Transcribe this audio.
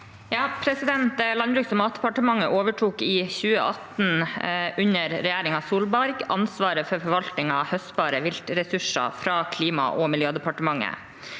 Landbruks- og matdepartementet overtok i 2018, under regjeringen Solberg, ansvaret for forvaltning av høstbare viltressurser fra Klima- og miljødepartementet.